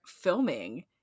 filming